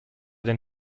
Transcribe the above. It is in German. den